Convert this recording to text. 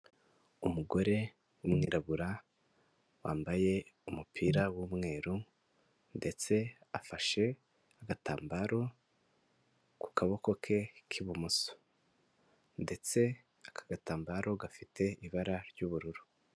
Umugore w'umwirabura wambaye umupira w'umweru ndetse afashe agatambaro ku kaboko ke k'ibumoso ndetse aka gatambaro gafite ibara ry'ubururu.